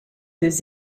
des